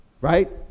Right